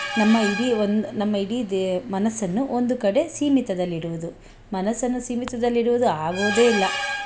ನಮ್ಮ ಇಡೀ ಒಂದು ನಮ್ಮ ಇಡೀ ದೆ ಮನಸ್ಸನ್ನು ಒಂದು ಕಡೆ ಸೀಮಿತದಲ್ಲಿಡುವುದು ಮನಸ್ಸನ್ನು ಸೀಮಿತದಲ್ಲಿಡುವುದು ಆಗುವುದೇ ಇಲ್ಲ